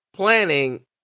Planning